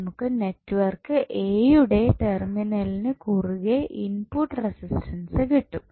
നമുക്ക് നെറ്റ്വർക്ക് എയുടെ ടെർമിനലിന് കുറുകെ ഇൻപുട്ട് റെസിസ്റ്റൻസ് കിട്ടും